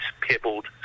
pebbled